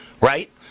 right